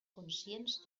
conscients